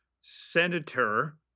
Senator